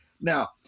Now